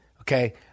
okay